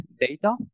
data